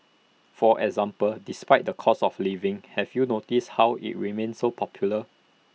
for example despite the cost of living have you noticed how IT remains so popular